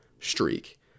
streak